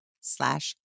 slash